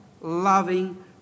loving